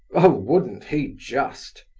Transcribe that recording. oh, wouldn't he just!